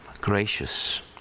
gracious